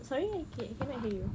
sorry I can cannot hear you